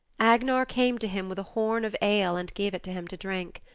agnar came to him with a horn of ale and gave it to him to drink.